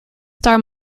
star